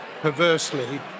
perversely